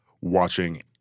watching